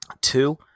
Two